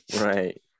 Right